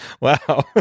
Wow